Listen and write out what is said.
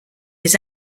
his